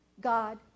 God